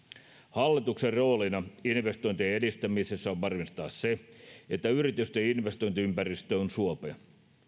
hallituksen roolina investointien edistämisessä on varmistaa se että yritysten investointiympäristö on suopea